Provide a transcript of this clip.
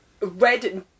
Red